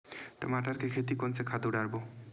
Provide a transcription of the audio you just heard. टमाटर के खेती कोन से खातु डारबो?